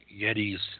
Yeti's